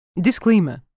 Disclaimer